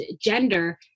gender